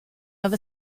have